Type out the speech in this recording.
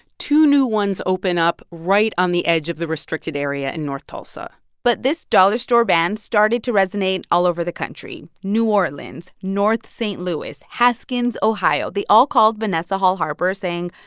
two new ones open up right on the edge of the restricted area in north tulsa but this dollar store ban started to resonate all over the country. new orleans, north st. louis, haskins, ohio they all called vanessa hall-harper saying,